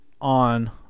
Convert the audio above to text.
On